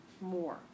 more